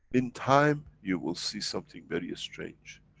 in time, you will see something very strange.